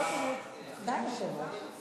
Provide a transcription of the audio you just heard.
יאללה,